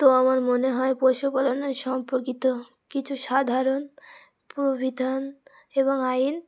তো আমার মনে হয় পশুপালনের সম্পর্কিত কিছু সাধারণ প্রবিধান এবং আইন